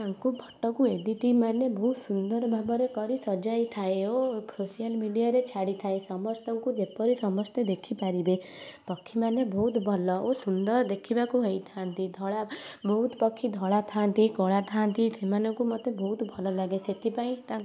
ତାଙ୍କୁ ଫଟୋକୁ ଏଡ଼ିଟ୍ ମାନେ ବହୁତ ସୁନ୍ଦର ଭାବରେ କରି ସଜାଇ ଥାଏ ଓ ସୋସିଆଲ୍ ମିଡ଼ିଆରେ ଛାଡ଼ିଥାଏ ସମସ୍ତଙ୍କୁ ଯେପରି ସମସ୍ତେ ଦେଖିପାରିବେ ପକ୍ଷୀମାନେ ବହୁତ ଭଲ ଓ ସୁନ୍ଦର ଦେଖିବାକୁ ହେଇଥାନ୍ତି ଧଳା ବହୁତ ପକ୍ଷୀ ଧଳା ଥାଆନ୍ତି କଳା ଥାଆନ୍ତି ସେମାନଙ୍କୁ ମୋତେ ବହୁତ ଭଲ ଲାଗେ ସେଥିପାଇଁ